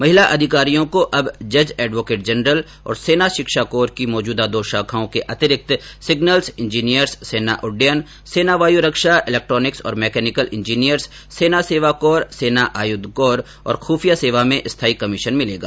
महिला अधिकारियों को अब जज एडवोकेट जनरल और सेना शिक्षा कोर की मौजूदा दो शाखाओं के अतिरिक्त सिग्नल्स इंजीनियर्स सेना उड्डयन सेना वायु रक्षा इलेक्ट्रॉनिक्स और मैकेनिकल इंजीनियर्स सेना सेवा कोर सेना आयुध कोर और खुफिया सेवा में स्थायी कमीशन मिलेगा